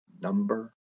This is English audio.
number